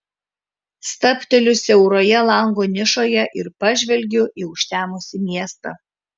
stabteliu siauroje lango nišoje ir pažvelgiu į užtemusį miestą